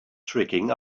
tricking